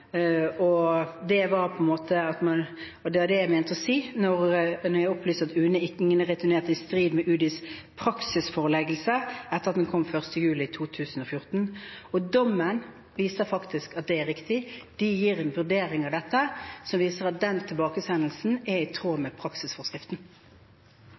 Det var det jeg mente å si da jeg opplyste at ingen er returnert i strid med UDIs praksisforeleggelse etter at den kom 1. juli 2014. Dommen viser faktisk at det er riktig. Den gir en vurdering av dette som viser at den tilbakesendelsen er i tråd med praksisforskriften.